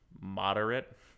moderate